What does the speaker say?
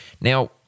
Now